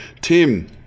Tim